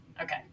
Okay